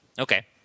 Okay